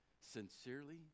sincerely